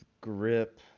grip